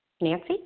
Nancy